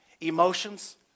Emotions